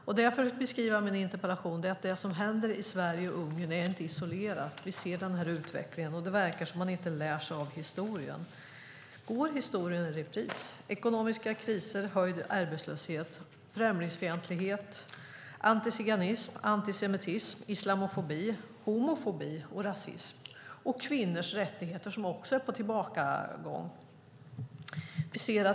Som jag beskriver i min interpellation är det som händer i Sverige och i Ungern inte isolerat. Vi ser den här utvecklingen, och det verkar som att man inte lär sig av historien. Går historien i repris med ekonomiska kriser, höjd arbetslöshet, främlingsfientlighet, antiziganism, antisemitism, islamofobi, homofobi och rasism? Kvinnors rättigheter är på tillbakagång.